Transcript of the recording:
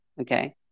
Okay